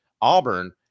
Auburn